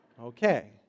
Okay